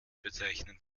bezeichnen